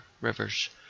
rivers